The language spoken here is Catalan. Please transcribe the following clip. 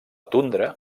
tundra